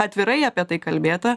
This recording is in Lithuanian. atvirai apie tai kalbėta